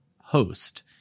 host